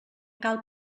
cal